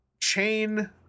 chain